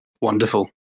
wonderful